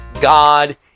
God